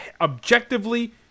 objectively